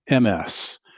MS